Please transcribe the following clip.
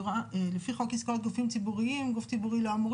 לפי חוק עסקאות גופים ציבוריים גוף ציבורי לא אמור